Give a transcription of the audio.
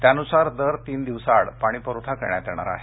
त्यानुसार दर तीन दिवसाआड पाणीपुरवठा करण्यात येणार आहे